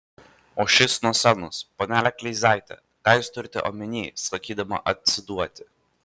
o šis nuo scenos panele kleizaite ką jūs turite omenyje sakydama atsiduoti